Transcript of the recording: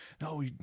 No